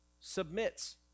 submits